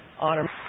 honor